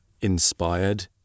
inspired